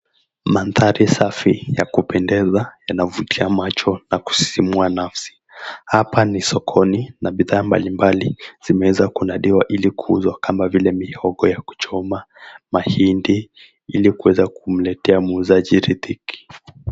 Maandhari safi ya kupendeza yanavutia macho na kusisimua nafsi. Hapa ni sokoni na bidhaa mbalimbali zimeweza kunadiwa ili kuuzwa kama mihogo ya kuchoma, mahindi ilikuweza kumletea muuzaji riziki.